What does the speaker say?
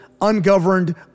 ungoverned